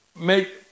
make